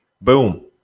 Boom